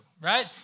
right